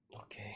Okay